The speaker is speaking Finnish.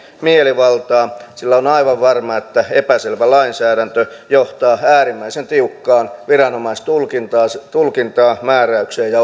mielivaltaan sillä on aivan varmaa että epäselvä lainsäädäntö johtaa äärimmäiseen tiukkaan viranomaistulkintaan määräykseen ja